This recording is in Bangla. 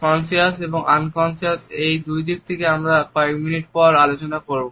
কনসাস এবং আনকন্সাস এই দুটি দিক আমরা কয়েক মিনিট পরে আলোচনা করব